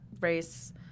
race